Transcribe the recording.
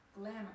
glamour